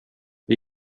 det